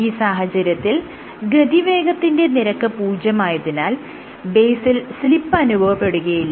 ഈ സാഹചര്യത്തിൽ ഗതിവേഗത്തിന്റെ നിരക്ക് പൂജ്യമായതിനാൽ ബേസിൽ സ്ലിപ്പ് അനുഭവപ്പെടുകയില്ല